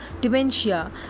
dementia